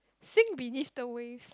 sink beneath the waves